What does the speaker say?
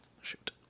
shoot